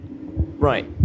Right